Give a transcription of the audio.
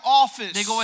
office